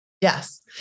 Yes